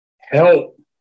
help